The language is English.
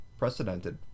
precedented